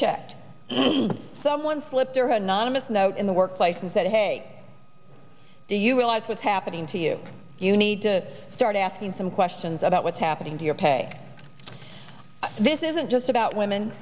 checked someone slipped her nonis note in the workplace and said hey do you realize what's happening to you you need to start asking some questions about what's happening to your pay this isn't just about women